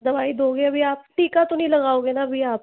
दवाई दोगे अभी आप टीका तो नहीं लगाओ ना अभी आप